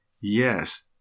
yes